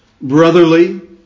brotherly